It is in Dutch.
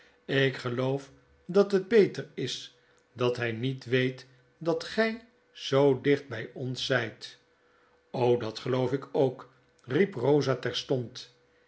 ik geloof dat het beter is dat hy niet weet dat gy zoo dicht by ons zijt dat geloof ik ook riep rosa terstond